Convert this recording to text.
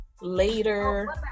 later